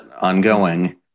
ongoing